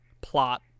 plot